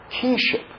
kingship